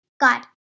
God